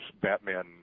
Batman